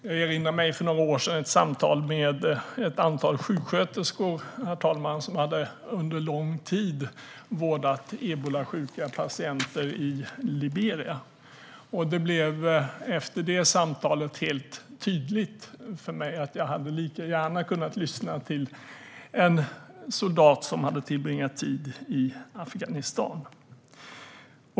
Jag erinrar mig ett samtal för några år sedan med ett antal sjuksköterskor som under lång tid hade vårdat ebolasjuka patienter i Liberia. Det blev efter det samtalet helt tydligt för mig att jag lika gärna hade kunnat lyssna till en soldat som hade tillbringat tid i Afghanistan.